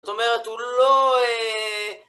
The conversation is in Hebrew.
זאת אומרת, הוא לא, אההה...